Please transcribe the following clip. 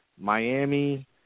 Miami